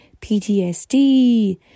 PTSD